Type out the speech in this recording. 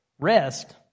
rest